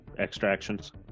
Extractions